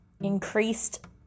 increased